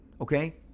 okay